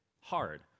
hard